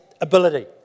ability